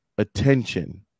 attention